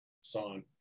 song